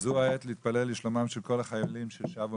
זו העת להתפלל לשלומם של כל החיילים ששבו